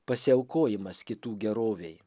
pasiaukojimas kitų gerovei